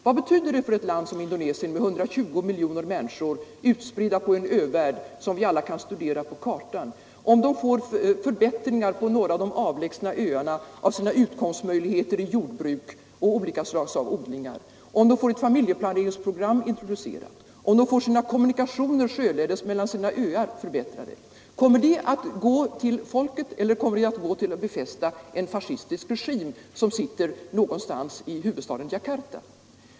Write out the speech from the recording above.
Vad betyder det för ett land som Indonesien med 120 miljoner människor utspridda i en ö-värld som vi alla kan studera på kartan, om man får förbättringar på några av de avlägsna öarna av sina utkomstmöjligheter i jordbruk och olika slag av odlingar, om man får ett familjeplaneringsprogram introducerat, om man får sina kommunikationer sjöledes mellan öarna förbättrade? Detta är IDA-projekt. Kommer de att gå till folket eller till att befästa den fascistiska regim, som sitter någonstans i huvudstaden Djakarta?